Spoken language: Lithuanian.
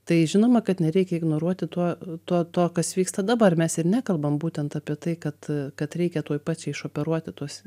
tai žinoma kad nereikia ignoruoti tuo to to kas vyksta dabar mes ir nekalbam būtent apie tai kad kad reikia tuoj pat čia išoperuoti tuos